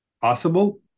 possible